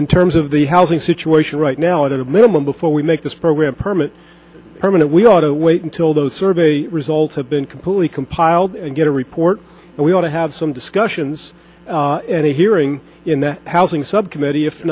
in terms of the housing situation right now at a minimum before we make this program permit permanent we ought to wait until those survey results have been completely compiled and get a report and we ought to have some discussions and a hearing in the housing subcommittee if